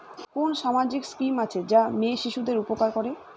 কোন সামাজিক স্কিম আছে যা মেয়ে শিশুদের উপকার করে?